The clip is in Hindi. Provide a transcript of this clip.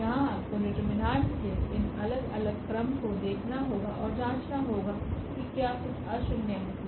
यहां आपकोडिटेरमिनेंटो के इन अलग अलग क्रमको देखना होगाऔर जांचना होगा कि क्या कुछ अशून्य है